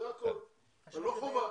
זאת לא חובה.